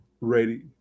ready